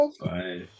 bye